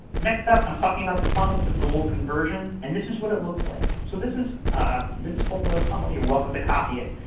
next up, i'm talking about the funnel to goal conversion, and this is what it looks like. so this is this is whole whale's funnel. you're welcome to copy it.